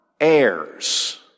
heirs